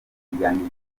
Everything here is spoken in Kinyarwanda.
imiryango